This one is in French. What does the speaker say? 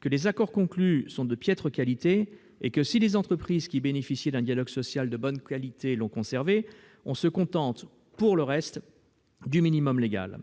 que les accords conclus sont de piètre qualité, et que, si les entreprises qui bénéficiaient d'un dialogue social de bonne qualité l'ont conservé, on se contente, pour le reste, du minimum légal.